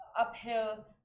uphill